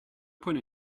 point